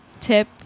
tip